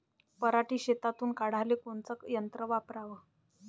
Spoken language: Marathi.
पराटी शेतातुन काढाले कोनचं यंत्र वापराव?